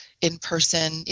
in-person